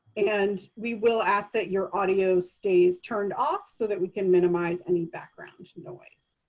and we will ask that your audio stays turned off so that we can minimize any background noise.